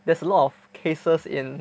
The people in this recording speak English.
there's a lot of cases in